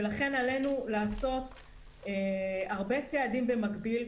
ולכן עלינו לעשות הרבה צעדים במקביל.